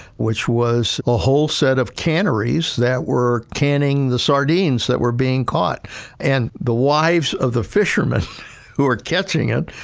which was a whole set of canneries that were tanning the salt sort of means that we're being caught and the wives of the fisherman who are catching it.